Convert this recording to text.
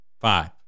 Five